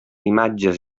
imatges